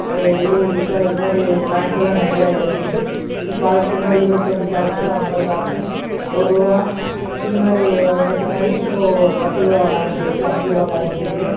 இருபது பைசா இது மாதிரி காயின்ஸெலாம் நிறையா இருந்துச்சு இப்போ அதுக்கு பின்னாடி இருபத்திஞ்சி காசு ஐம்பது காசு ஒரு ரூபா இது மாதிரி வந்த பின்னாடி இப்போது பத்து ரூபா காயின்ஸ் இருக்குது அஞ்சு ரூபா காயின்ஸ் இருக்குது